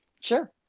Sure